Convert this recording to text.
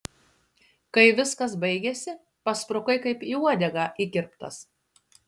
kai viskas baigėsi pasprukai kaip į uodegą įkirptas